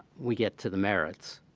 we get to the merits.